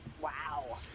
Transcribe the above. Wow